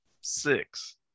Six